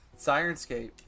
Sirenscape